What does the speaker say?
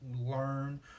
learn